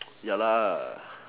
ya lah